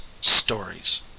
stories